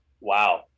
Wow